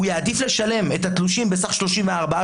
הוא יעדיף לשלם את התלושים בסך 34,000,